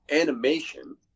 animation